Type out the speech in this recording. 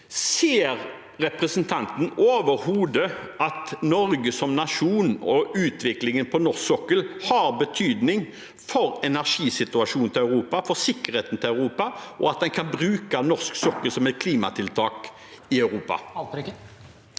Ser representanten overhodet at Norge som nasjon og utviklingen på norsk sokkel har betydning for energisituasjonen i Europa og for sikkerheten til Europa, og at en kan bruke norsk sokkel som et klimatiltak i Europa?